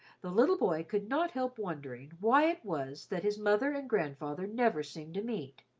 the little boy could not help wondering why it was that his mother and grandfather never seemed to meet.